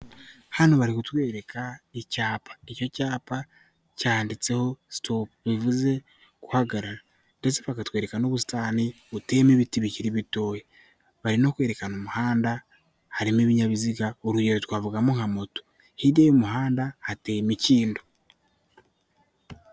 Hano bari kutwereka icyapa, icyo cyapa cyanditseho sitopu bivuze guhagarara, ndetse bakatwereka n'ubusitani buteyemo ibiti bikiriri bitoya, barino kwerekana umuhanda harimo ibinyabiziga urugero twavugamo nka moto hirya y'umuhanda hateye imikindo.